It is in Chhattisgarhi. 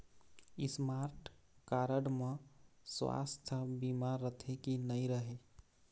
स्मार्ट कारड म सुवास्थ बीमा रथे की नई रहे?